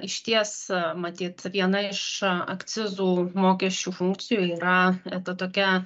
išties matyt viena iš akcizų mokesčių funkcijų yra ta tokia